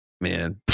Man